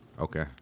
okay